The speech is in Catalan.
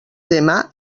demà